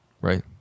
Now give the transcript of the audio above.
right